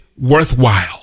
worthwhile